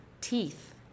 Teeth